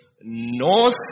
no